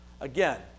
Again